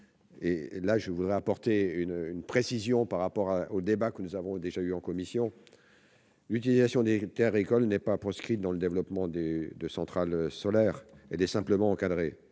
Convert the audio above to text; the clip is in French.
égard, je souhaite apporter une précision par rapport au débat que nous avons eu en commission. L'utilisation de terres agricoles n'est pas proscrite dans le développement de centrales solaires ; elle est simplement encadrée.